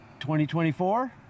2024